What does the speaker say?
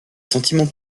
sentiments